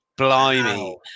blimey